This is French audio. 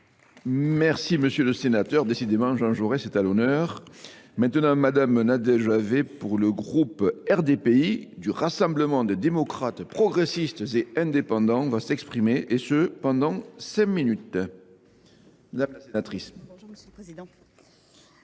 Merci Monsieur le Sénateur. Décidément, Jean Jaurès est à l'honneur. Maintenant, Madame Nadejavé pour le groupe RDPI du Rassemblement des démocrates progressistes et indépendants va s'exprimer et ce pendant cinq minutes. La sénatrice. Bonjour Monsieur le Président.